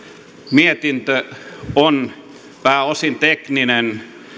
mietintö on pääosin tekninen